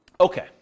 Okay